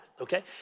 okay